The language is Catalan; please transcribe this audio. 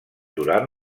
durant